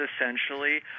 essentially